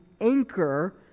anchor